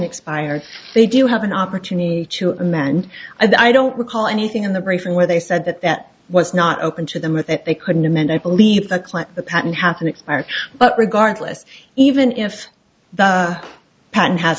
expired they do have an opportunity to amend i don't recall anything in the briefing where they said that that was not open to them with it they couldn't amend i believe the client the patent happened expired but regardless even if the patent has